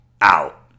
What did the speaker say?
out